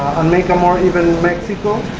and make a more even mexico.